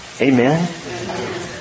Amen